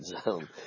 zone